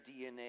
DNA